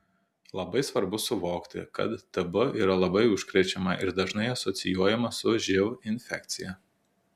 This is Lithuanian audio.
labai svarbu suvokti kad tb yra labai užkrečiama ir dažnai asocijuojama su živ infekcija